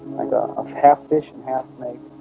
like a half fish and half snake